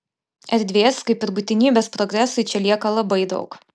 erdvės kaip ir būtinybės progresui čia lieka labai daug